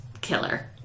killer